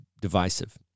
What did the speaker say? divisive